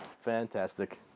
Fantastic